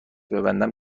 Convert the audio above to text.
ببندم